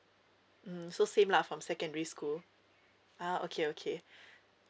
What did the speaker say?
mm so same lah from secondary school ah okay okay